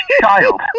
child